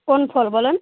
কোন ফল বলেন